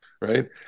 right